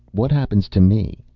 what happens to me?